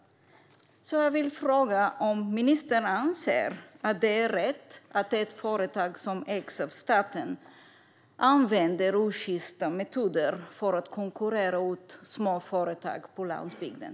Jag vill fråga om ministern anser att det är rätt att ett företag som ägs av staten använder osjysta metoder för att konkurrera ut små företag på landsbygden.